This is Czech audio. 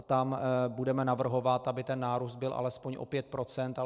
Tam budeme navrhovat, aby ten nárůst byl alespoň o pět procent.